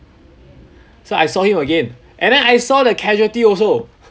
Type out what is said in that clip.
so I saw him again and then I saw the casualty also